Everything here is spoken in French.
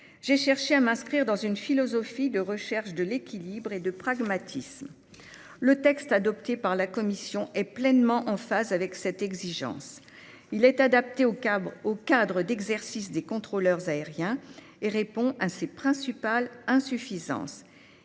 j'ai cherché à m'inscrire dans une philosophie de recherche de l'équilibre et de pragmatisme. Le texte adopté par la commission est pleinement en phase avec cette exigence. Il est adapté au cadre d'exercice des contrôleurs aériens et remédie à ses principales insuffisances.